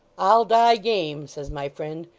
i'll die game, says my friend,